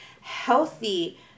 healthy